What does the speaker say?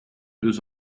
deux